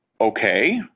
okay